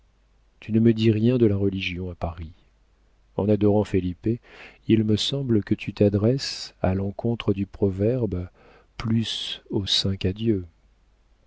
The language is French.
tu ne me dis rien de la religion à paris en adorant felipe il me semble que tu t'adresses à l'encontre du proverbe plus au saint qu'à dieu